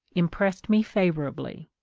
im pressed me favourably.